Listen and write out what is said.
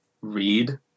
read